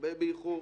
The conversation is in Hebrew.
הרבה באיחור,